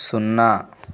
సున్నా